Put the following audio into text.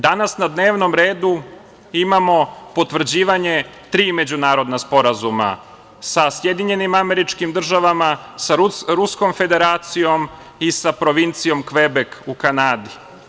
Danas na dnevnom redu imamo potvrđivanje tri međunarodna sporazuma sa SAD, sa Ruskom Federacijom i sa provincijom Kvebek u Kanadi.